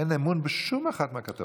אין אמון בשום אחת מהכתבות האלה.